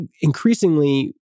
increasingly